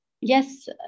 yes